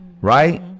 right